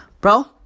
bro